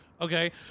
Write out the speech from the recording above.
Okay